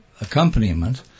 accompaniment